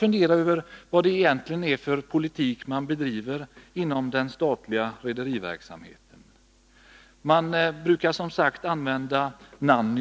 Vad är det egentligen för politik som bedrivs inom den statliga rederiverksamheten? Nanny brukar som sagt användas